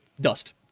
Dust